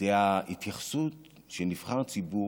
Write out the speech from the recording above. זאת ההתייחסות של נבחר ציבור.